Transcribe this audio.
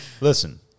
Listen